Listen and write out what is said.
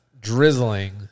drizzling